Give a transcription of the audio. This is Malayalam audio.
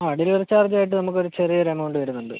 ആ ഡെലിവറി ചാർജ് ആയിട്ട് നമുക്ക് ഒരു ചെറിയ ഒരു എമൗണ്ട് വരുന്നുണ്ട്